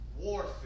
warfare